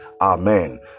Amen